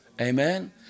amen